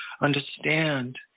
understand